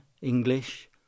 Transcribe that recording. English